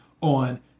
on